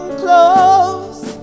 close